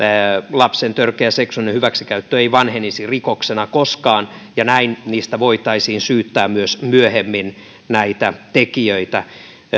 lapsen törkeä seksuaalinen hyväksikäyttö ei vanhenisi rikoksena koskaan ja näin niistä voitaisiin syyttää myös myöhemmin näitä tekijöitä